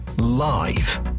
live